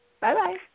Bye-bye